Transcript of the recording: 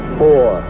four